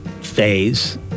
phase